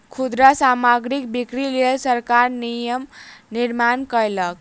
खुदरा सामग्रीक बिक्रीक लेल सरकार नियम निर्माण कयलक